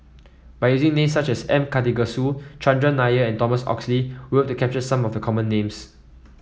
by using names such as M Karthigesu Chandran Nair and Thomas Oxley we hope to capture some of the common names